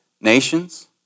nations